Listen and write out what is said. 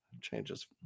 changes